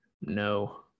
no